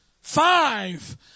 five